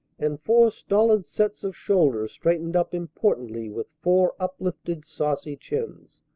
and four stolid sets of shoulders straightened up importantly with four uplifted saucy chins.